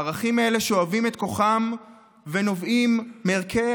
הערכים האלה שואבים את כוחם ונובעים מערכי